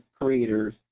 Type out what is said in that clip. creators